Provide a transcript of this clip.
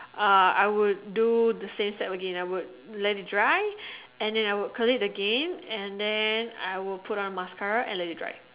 uh I will do the same step again I would let it dry and then I would Curl it again and then I would put on mascara and let it dry